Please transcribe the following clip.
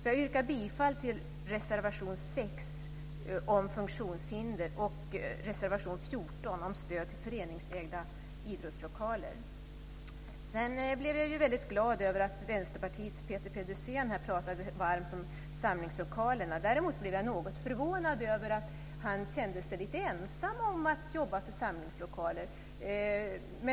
Jag yrkar bifall till reservation 6 om funktionshinder och till reservation 14 om stöd till föreningsägda idrottslokaler. Sedan blev jag väldigt glad över att Vänsterpartiets Peter Pedersen pratade varmt om samlingslokalerna. Däremot blev jag något förvånad över att han kände sig lite ensam om att jobba för samlingslokaler.